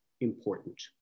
important